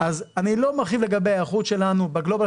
אני לא מרחיב לגבי ההיערכות שלנו בגלובל